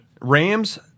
Rams